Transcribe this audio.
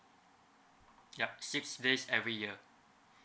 yup six days every year